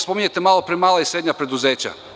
Spominjete malo pre mala i srednja preduzeća.